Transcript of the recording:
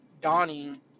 dawning